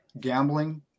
gambling